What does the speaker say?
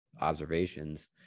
observations